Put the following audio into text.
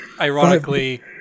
ironically